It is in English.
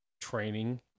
training